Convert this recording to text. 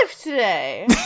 today